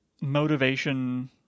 motivation